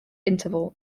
interval